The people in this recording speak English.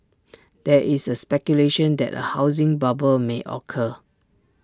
there is A speculation that A housing bubble may occur